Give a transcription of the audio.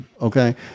okay